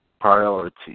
priority